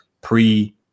pre